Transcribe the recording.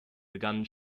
begannen